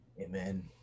Amen